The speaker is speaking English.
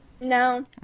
No